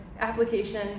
application